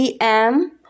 EM